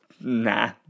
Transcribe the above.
nah